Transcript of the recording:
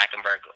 Hackenberg